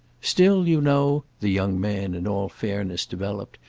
still, you know, the young man in all fairness developed,